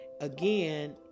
again